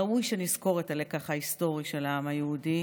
ראוי שנזכור את הלקח ההיסטורי של העם היהודי